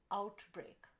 outbreak